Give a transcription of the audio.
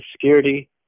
security